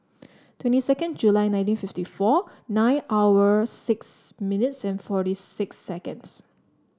twenty second July nineteen fifty four nine hour six minutes and forty six seconds